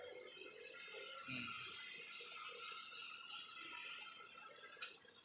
mm